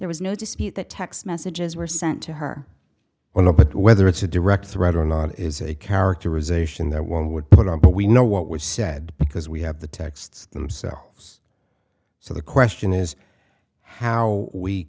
there was no dispute that text messages were sent to her or not but whether it's a direct threat or not is a characterization that one would put on but we know what was said because we have the texts themselves so the question is how we